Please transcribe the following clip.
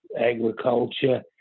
agriculture